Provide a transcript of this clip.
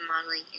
modeling